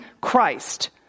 Christ